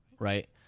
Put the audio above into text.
right